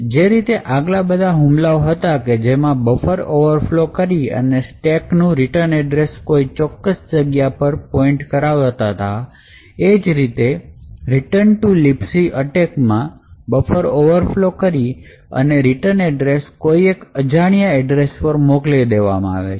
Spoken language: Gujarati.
જે રીતે આગલા બધા હુમલાઓ હતા કે જેમાં બફર ઓવરફ્લો કરી અને સ્ટેક નું રિટર્ન એડ્રેસ કોઈ એક ચોક્કસ જગ્યા પર પોઇન્ટ કરાવતા હતું એ જ રીતે return to libc અટેકમાં buffer ઓવરફ્લો કરી અને રિટર્ન એડ્રેસ કોઈ એક અજાણ્યા એડ્રેસ પર મોકલવામાં આવે છે